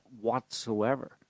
whatsoever